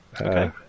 Okay